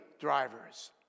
drivers